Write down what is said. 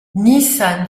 nissan